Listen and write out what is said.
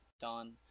done